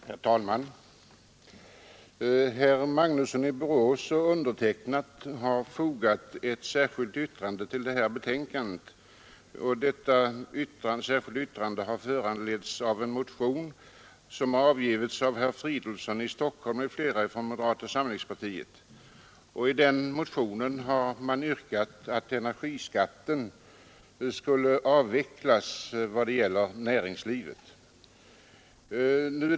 Herr talman! Herr Magnusson i Borås och jag har fogat ett särskilt yttrande till detta betänkande. Detta särskilda yttrande har föranletts av en motion som väckts av herr Fridolfsson i Stockholm m.fl. från moderata samlingspartiet. I den motionen yrkas att energiskatten avvecklas i vad gäller näringslivet.